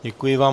Děkuji vám.